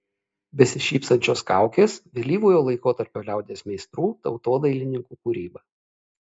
besišypsančios kaukės vėlyvojo laikotarpio liaudies meistrų tautodailininkų kūryba